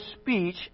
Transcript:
speech